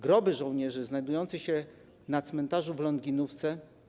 Groby żołnierzy znajdują się na cmentarzu w Longinówce.